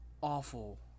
awful